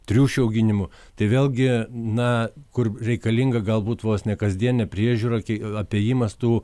triušių auginimu tai vėlgi na kur reikalinga galbūt vos ne kasdienė priežiūra kai apėjimas tų